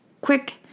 quick